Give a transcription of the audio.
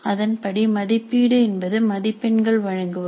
அதன்பிறகு மதிப்பீடு என்பது மதிப்பெண்கள் வழங்குவது